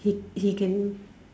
he he can